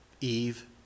Eve